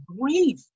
grief